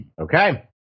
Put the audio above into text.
Okay